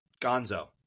Gonzo